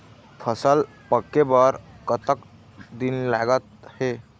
फसल पक्के बर कतना दिन लागत हे?